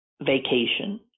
vacation